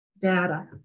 data